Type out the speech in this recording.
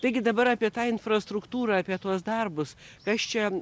taigi dabar apie tą infrastruktūrą apie tuos darbus kas čia